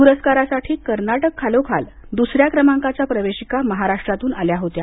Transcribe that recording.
पुरस्कारासाठी कर्नाटक खालोखाल दुसऱ्या क्रमांकाच्या प्रवेशिका महाराष्ट्रातून आल्या होत्या